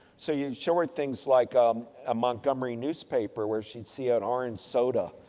so you'd show her things like um a montgomery newspaper where she'd see an orange soda.